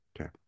okay